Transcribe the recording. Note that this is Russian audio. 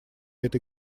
этой